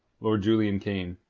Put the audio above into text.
lord julian came.